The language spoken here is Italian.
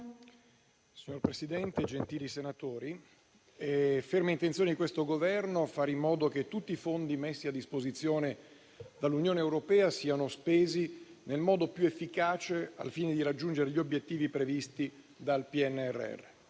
Signor Presidente, gentili senatori, è ferma intenzione del Governo fare in modo che tutti i fondi messi a disposizione dall'Unione europea siano spesi nel modo più efficace, al fine di raggiungere gli obiettivi previsti dal PNRR.